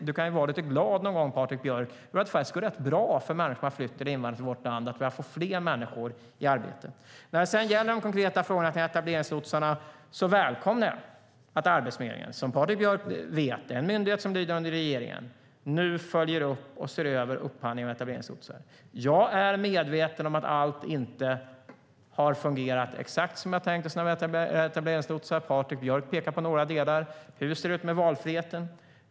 Du kan väl vara lite glad någon gång, Patrik Björck, över att det faktiskt går rätt bra för människor som har flytt eller invandrat till vårt land och att vi har fått fler människor i arbete. När det gäller de konkreta frågorna om etableringslotsarna välkomnar jag att Arbetsförmedlingen - en myndighet som lyder under regeringen, som Patrik Björck vet - nu följer upp och ser över upphandlingen av etableringslotsar. Jag är medveten om att allt inte har fungerat exakt som vi tänkte oss när vi etablerade lotsarna. Patrik Björck pekar på några delar. Hur ser det ut med valfriheten?